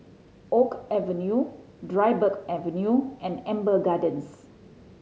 Oak Avenue Dryburgh Avenue and Amber Gardens